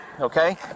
okay